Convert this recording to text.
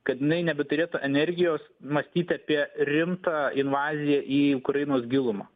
kad jinai nebeturėtų energijos mąstyti apie rimtą invaziją į ukrainos gilumą